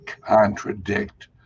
contradict